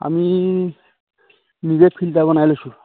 আমি নিজে ফিল্টাৰ বনাই লৈছোঁ